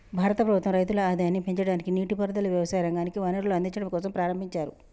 భారత ప్రభుత్వం రైతుల ఆదాయాన్ని పెంచడానికి, నీటి పారుదల, వ్యవసాయ రంగానికి వనరులను అందిచడం కోసంప్రారంబించారు